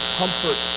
comfort